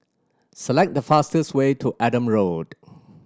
select the fastest way to Adam Road